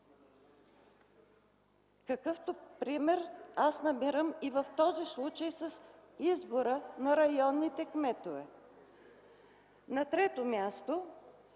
какъвто пример аз намирам и в този случай с избора на районните кметове. На трето място,